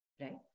right